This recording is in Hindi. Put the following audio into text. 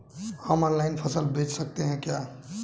हम ऑनलाइन फसल बेच सकते हैं क्या?